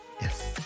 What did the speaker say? Yes